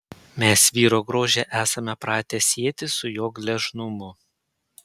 mes vyro grožį esame pratę sieti su jo gležnumu